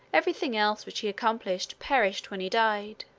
every thing else which he accomplished perished when he died.